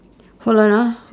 hold on ah